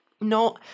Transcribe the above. no